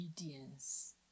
obedience